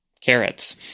carrots